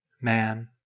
Man